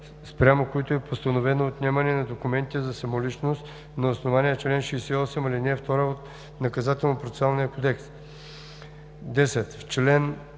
спрямо които е постановено отнемане на документите за самоличност на основание чл. 68, ал. 2 от Наказателно-процесуалния кодекс.“ 10. В чл.